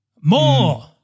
more